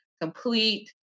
complete